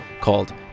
called